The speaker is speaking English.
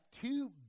two